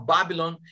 Babylon